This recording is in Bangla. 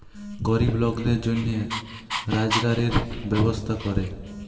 গরিব লকদের জনহে রজগারের ব্যবস্থা ক্যরে